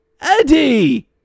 Eddie